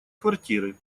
квартиры